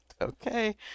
okay